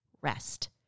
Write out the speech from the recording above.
rest